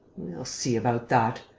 we'll see about that.